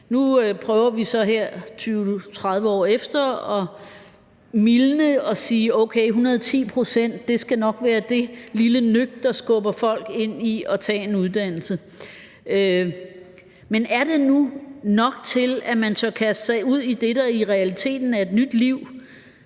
nu prøver vi så her 20-30 år efter at mildne og sige: Okay, 110 pct. skal nok være det lille nøk, der skubber folk ind i at tage en uddannelse. Men er det nu nok til, at man tør kaste sig ud i det, der i realiteten er et nyt liv,